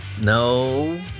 No